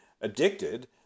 addicted